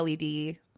LED